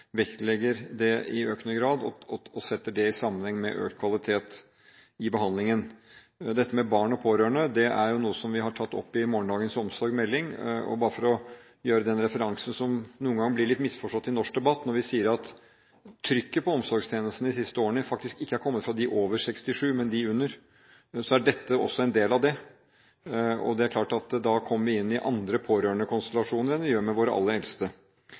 vektlegger det i økende grad, og setter det i sammenheng med økt kvalitet i behandlingen. Dette med barn og pårørende er noe vi har tatt opp i meldingen Morgendagens omsorg. Bare for å gjøre den referansen som noen ganger blir litt misforstått i norsk debatt: Trykket på omsorgstjenestene de siste årene har faktisk ikke kommet fra dem over 67, men fra dem under. Dette er også en del av det, og det er klart at da kommer vi inn i andre pårørendekonstellasjoner enn vi gjør med våre